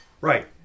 Right